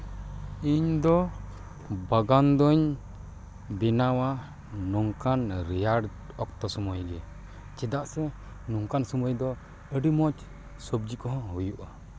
ᱤᱧ ᱫᱚ ᱵᱟᱜᱟᱱ ᱫᱚᱧ ᱵᱮᱱᱟᱣᱟ ᱱᱚᱝᱠᱟᱱ ᱨᱮᱭᱟᱲ ᱚᱠᱛᱚ ᱥᱚᱢᱚᱭ ᱜᱮ ᱪᱮᱫᱟᱜ ᱥᱮ ᱱᱚᱝᱠᱟᱱ ᱥᱚᱢᱚᱭ ᱫᱚ ᱟᱹᱰᱤ ᱢᱚᱡᱽ ᱥᱚᱵᱽᱡᱤ ᱠᱚᱦᱚᱸ ᱦᱩᱭᱩᱜᱼᱟ